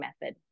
method